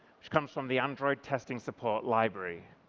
which comes from the android testing support library.